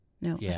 No